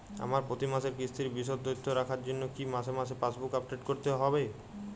আমার প্রতি মাসের কিস্তির বিশদ তথ্য রাখার জন্য কি মাসে মাসে পাসবুক আপডেট করতে হবে?